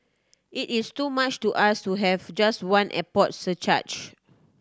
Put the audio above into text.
it is too much to ask to have just one airport surcharge